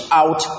out